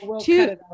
two